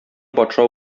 патша